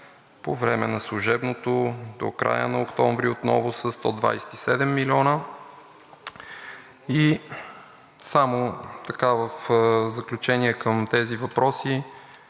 по време на служебното – до края на октомври, отново са 127 млн. евро. И само така, в заключение, към тези въпроси